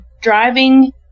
driving